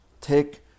take